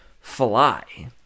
fly